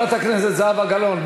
חברת הכנסת זהבה גלאון,